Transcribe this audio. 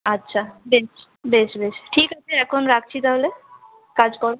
আচ্ছা বেশ বেশ বেশ ঠিক আছে এখন রাখছি তা হলে কাজ কর